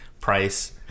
price